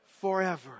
forever